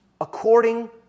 according